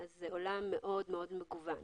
זה עולם מאוד מאוד מגוון,